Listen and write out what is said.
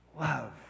Love